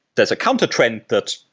there's a countertrend that,